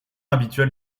habituel